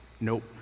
Nope